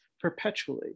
perpetually